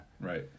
Right